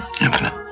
Infinite